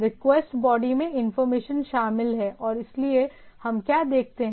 request body में information शामिल है और इसलिए हम क्या देखते हैं